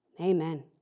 Amen